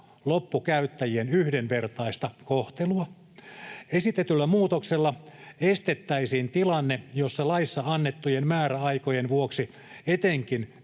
loppukäyttäjien yhdenvertaista kohtelua. Esitetyllä muutoksella estettäisiin tilanne, jossa laissa annettujen määräaikojen vuoksi etenkin